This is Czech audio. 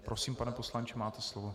Prosím, pane poslanče, máte slovo.